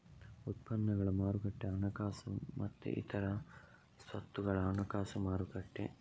ಉತ್ಪನ್ನಗಳ ಮಾರುಕಟ್ಟೆ ಹಣಕಾಸು ಮತ್ತೆ ಇತರ ಸ್ವತ್ತುಗಳ ಹಣಕಾಸು ಮಾರುಕಟ್ಟೆ